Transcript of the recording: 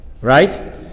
Right